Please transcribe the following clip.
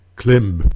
klimb